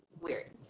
weird